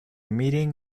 meeting